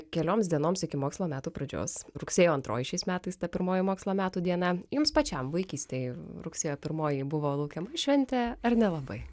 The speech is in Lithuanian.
kelioms dienoms iki mokslo metų pradžios rugsėjo antroji šiais metais ta pirmoji mokslo metų diena jums pačiam vaikystėj rugsėjo pirmoji buvo laukiama šventė ar nelabai